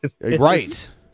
right